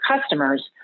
customers